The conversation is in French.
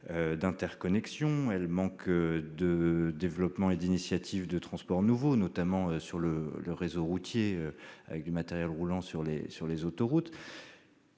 routières, interconnexions, développements et initiatives de transports nouveaux, notamment sur le réseau routier avec du matériel roulant sur les autoroutes.